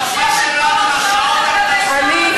אמיתי.